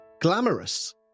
glamorous